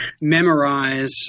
memorize